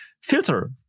filter